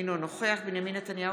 אינו נוכח בנימין נתניהו,